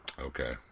okay